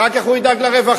אחר כך הוא ידאג לרווחה,